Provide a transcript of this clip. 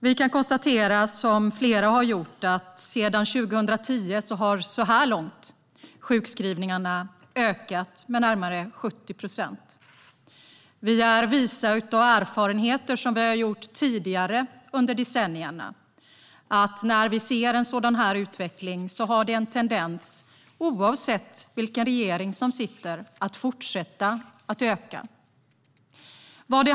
Vi kan konstatera, vilket flera har gjort, att sedan 2010 har sjukskrivningarna ökat med närmare 70 procent, så här långt. Av erfarenheter från tidigare decennier vet vi att en sådan utveckling har en tendens att fortsätta öka - oavsett vilken regering som sitter.